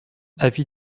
avis